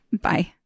Bye